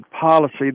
policy